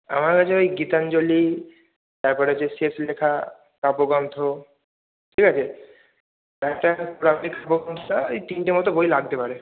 আমার হচ্ছে ওই গীতাঞ্জলি তারপরে ওই যে শেষ লেখা কাব্যগ্রন্থ ঠিক আছে একটা একটা এই তিনটে মতো বই লাগতে পারে